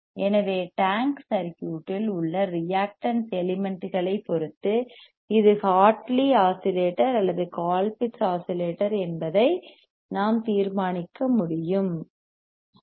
எனவே டேங்க் சர்க்யூட்டில் உள்ள ரியாக்டன்ஸ் எலிமெண்ட்களைப் பொறுத்து இது ஹார்ட்லி ஆஸிலேட்டர் அல்லது கோல்பிட்ஸ் ஆஸிலேட்டர் என்பதை நாம் தீர்மானிக்க முடியும் சரி